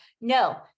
No